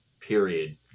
period